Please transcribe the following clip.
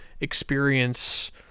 experience